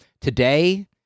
today